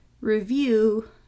review